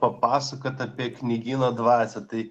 papasakot apie knygyno dvasią tai